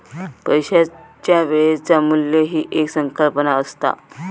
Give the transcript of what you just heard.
पैशाच्या वेळेचा मू्ल्य ही एक संकल्पना असता